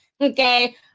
okay